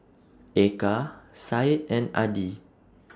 Eka Said and Adi